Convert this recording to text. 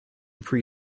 pre